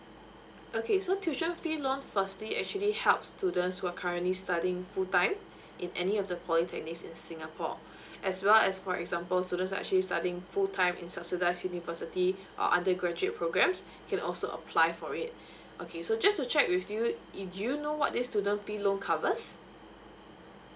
okay so tuition fee loan firstly actually help students who are currently studying full time in any of the polytechnics in singapore as well as for example students are actually studying full time in subsidize university or undergraduate programs it can also apply for it okay so just to check with you do you know what is student free loan covers